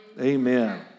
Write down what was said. Amen